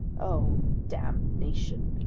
oh, damnation!